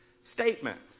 statement